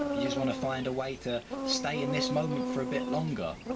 you just wanna find a way to stay in this moment for a bit longer.